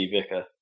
Vicker